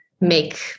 make